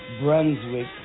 Brunswick